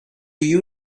you